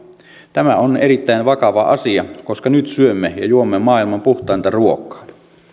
tämä on erittäin vakava asia koska nyt syömme ja juomme maailman puhtainta ruokaa